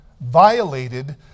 violated